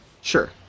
sure